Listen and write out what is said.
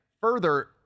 further